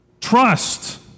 Trust